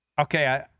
Okay